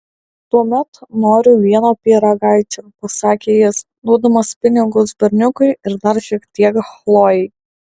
tuomet noriu vieno pyragaičio pasakė jis duodamas pinigus berniukui ir dar šiek tiek chlojei